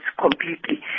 completely